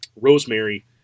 rosemary